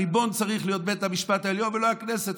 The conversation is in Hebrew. הריבון צריך להיות בית המשפט העליון ולא הכנסת,